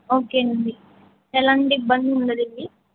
okay అండి ఎలాంటి ఇబ్బంది ఉండదండి